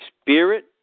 spirit